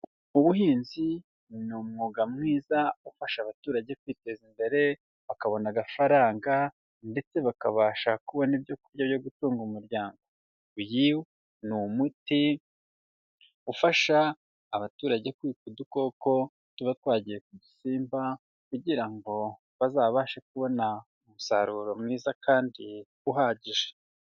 Ubuhinzi ni umwuga mwiza ufasha abaturage kwiteza imbere bakabona agafaranga ndetse bakabasha kubona ibyo kurya byo gutunga umuryango, uyu ni umuti ufasha abaturage kwica udukoko tuba twagiye ku dusimba kugira ngo bazabashe kubona umusaruro mwiza kandi uhagije.